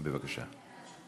בבקשה.